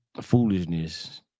foolishness